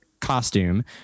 costume